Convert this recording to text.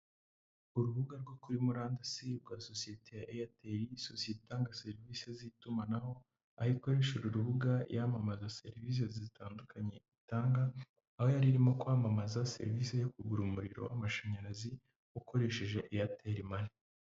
Urubuga rwo kuri murandasi rwa sosiyete ya eyateri, isosiye itanga serivisi z'itumanaho, aho ikoresha urubuga yamamaza serivisi zitandukanye itanga, aho yari irimo kwamamaza serivisi yo kugura umuriro w'amashanyarazi, ukoresheje eyateri mani.